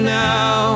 now